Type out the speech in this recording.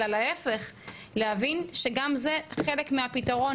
אלא להיפך להבין שגם זה חלק מהפתרון,